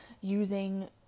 using